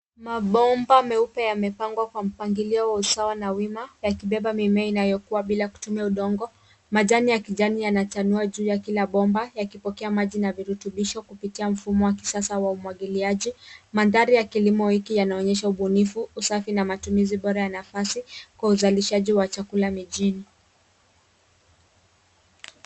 Mabomba meupe yamepangwa kwa mpangilio wa usawa na wima yakibeba mimea inayokua bila kutumia udongo, majani ya kijani yana chanua juu ya kila bomba yakipokea maji na virutubisho kupitia mfumo wa kisasa wa umwagiliaji. Mandhari ya kilimo hiki yanaonyesha ubunifu, usafi na matumizi bora ya nafasi kwa uzalishaji wa chakula mijini.